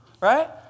right